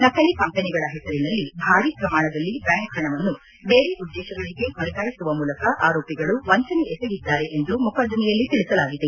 ನಕಲಿ ಕಂಪನಿಗಳ ಹೆಸರಿನಲ್ಲಿ ಭಾರಿ ಪ್ರಮಾಣದಲ್ಲಿ ಬ್ಯಾಂಕ್ ಪಣವನ್ನು ಬೇರೆ ಉದ್ದೇಶಗಳಿಗೆ ವರ್ಗಾಯಿಸುವ ಮೂಲಕ ಆರೋಪಿಗಳು ವಂಚನೆ ಎಸಗಿದ್ದಾರೆ ಎಂದು ಮೊಕದ್ದಮೆಯಲ್ಲಿ ತಿಳಿಸಲಾಗಿದೆ